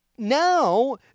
Now